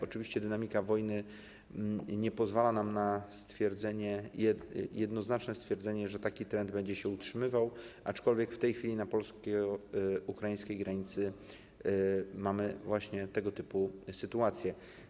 Oczywiście dynamika wojny nie pozwala nam na jednoznaczne stwierdzenie, że taki trend będzie się utrzymywał, aczkolwiek w tej chwili na polsko-ukraińskiej granicy mamy właśnie tego typu sytuację.